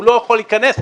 הוא לא יכול להיכנס,